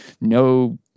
no